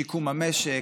שיקום המשק,